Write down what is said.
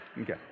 okay